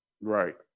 Right